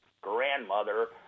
grandmother